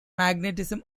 magnetism